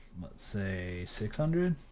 say, six hundred.